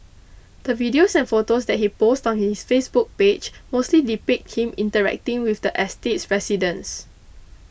the videos and photos that he posts on his Facebook page mostly depict him interacting with the estate's residents